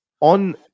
on